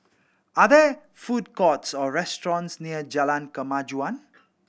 are there food courts or restaurants near Jalan Kemajuan